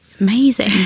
Amazing